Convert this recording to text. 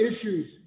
issues